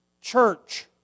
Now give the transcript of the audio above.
church